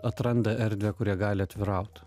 atranda erdvę kur jie gali atviraut